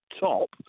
top